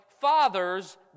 father's